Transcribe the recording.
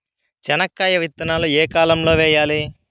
చెనక్కాయ విత్తనాలు ఏ కాలం లో వేయాలి?